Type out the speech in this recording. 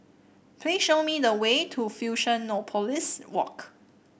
please show me the way to Fusionopolis Walk